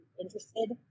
interested